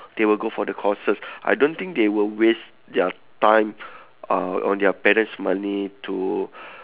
they will go for the courses I don't think they will waste their time uh on their parent's money to